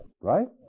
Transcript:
Right